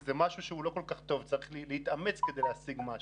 זה משהו שהוא לא כל כך טוב וצריך להתאמץ כדי להשיג משהו.